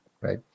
right